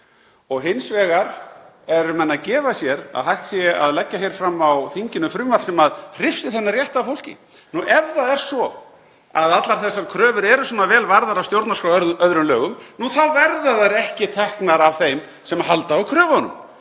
og hins vegar eru menn að gefa sér að hægt sé að leggja fram á þinginu frumvarp sem hrifsi þennan rétt af fólki. Ef það er svo að allar þessar kröfur eru svona vel varðar af stjórnarskrá og öðrum lögum þá verða þær ekki teknar af þeim sem halda á kröfunum